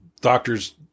doctor's